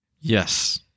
yes